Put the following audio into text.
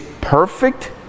perfect